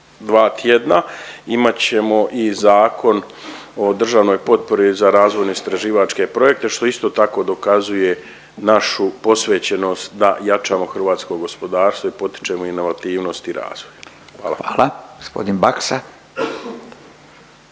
2 tjedna, imat ćemo i zakon o državnoj potpori za razvojno istraživačke projekte, što isto tako dokazuje našu posvećenost da jačamo hrvatsko gospodarstvo i potičemo inovativnost i razvoj. Hvala.